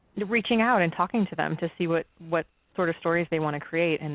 reaching out and talking to them to see what what sort of stories they want to create, and